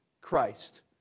Christ